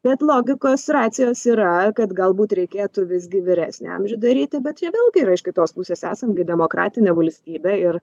bet logikos racijos yra kad galbūt reikėtų visgi vyresnį amžių daryti bet čia vėlgi yra iš kitos pusės esam gi demokratinė valstybė ir